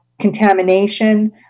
contamination